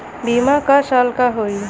बीमा क साल क होई?